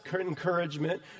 encouragement